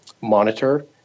monitor